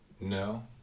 no